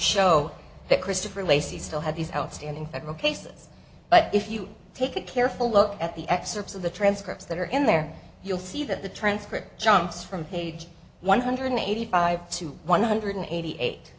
show that christopher lacy still had these house standing federal cases but if you take a careful look at the excerpts of the transcripts that are in there you'll see that the transcript jumps from page one hundred eighty five to one hundred eighty eight